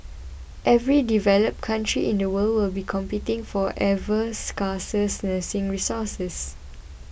every developed country in the world will be competing for ever scarcer nursing resources